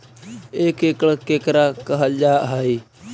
एक एकड़ केकरा कहल जा हइ?